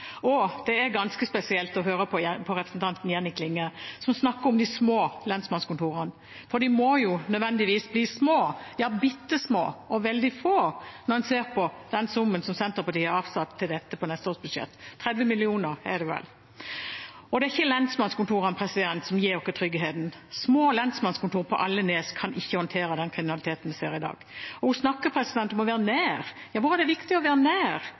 Og det er ganske spesielt å høre på representanten Jenny Klinge, som snakker om de små lensmannskontorene, for de må jo nødvendigvis bli små – ja, bitte små og veldig få – når en ser på den summen Senterpartiet har avsatt til dette på neste års budsjett. 30 mill. kr er det vel. Det er ikke lensmannskontorene som gir oss tryggheten. Små lensmannskontor på alle nes kan ikke håndtere den kriminaliteten vi ser i dag. Representanten snakker om å være nær. Hvor er det viktig å være